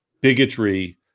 bigotry